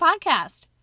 podcast